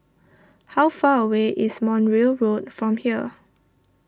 how far away is Montreal Road from here